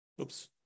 Oops